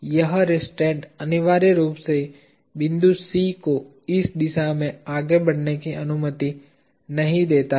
यह रिस्ट्रैन्ट अनिवार्य रूप से बिंदु C को इस दिशा में आगे बढ़ने की अनुमति नहीं देता है